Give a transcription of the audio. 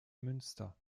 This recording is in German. münster